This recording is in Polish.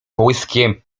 połyskiem